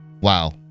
wow